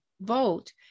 vote